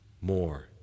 more